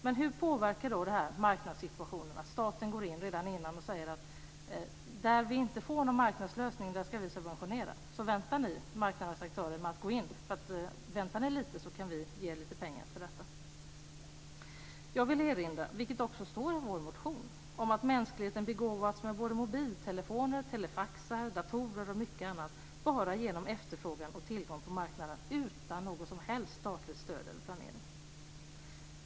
Men hur påverkas då marknadssituationen av att staten går in redan innan och säger: Där vi inte får någon marknadslösning ska vi subventionerna, så vänta ni marknadens aktörer med att gå in, för väntar ni lite så kan vi ge er lite pengar för detta. Jag vill erinra, vilket också står i vår motion, om att mänskligheten begåvats med mobiltelefoner, telefaxar, datorer och mycket annat, bara genom efterfrågan och tillgång på marknaden, utan något som helst statligt stöd eller planering.